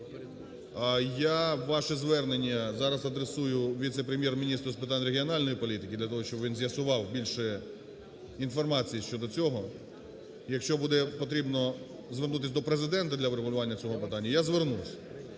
Я ваше звернення зараз адресую віце-прем'єр-міністру з питань регіональної політики, для того щоб він з'ясував більше інформації щодо цього. Якщо буде потрібно звернутися до Президента для врегулювання цього питання, я звернуся.